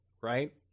right